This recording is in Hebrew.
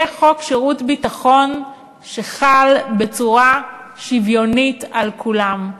יהיה חוק שירות ביטחון שחל בצורה שוויונית על כולם.